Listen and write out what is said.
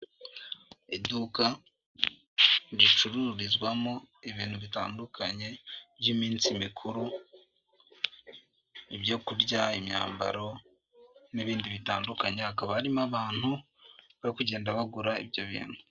Iduka ricururizwamo ibintu bitandukanye, by'iminsi mikuru ibyo kurya imyambaro n'ibindi bitandukanye hakaba harimo abantu bari kugenda bagura ibyo bintu.